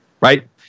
Right